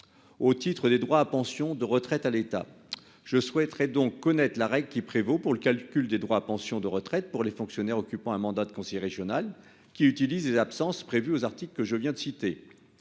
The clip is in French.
au titre des droits à pension de retraite de l'État. Je souhaite donc connaître la règle qui prévaut pour le calcul des droits à pension de retraite pour les fonctionnaires occupant un mandat de conseiller régional qui utilisent les autorisations d'absence prévues aux articles L. 4135-1 et L.